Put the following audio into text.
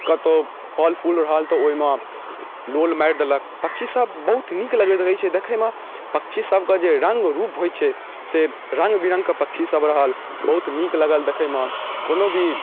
कतहु फल फूल रहल तऽ ओहिमे लोल मारि देलक पक्षीसब बहुत नीक लगैत रहै छै देखैमे पक्षीसबके जे रङ्गरूप होइ छै से रङ्गबिरङ्गके पक्षीसब रहल बहुत नीक लागल देखैमे कोनो भी